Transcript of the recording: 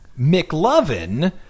McLovin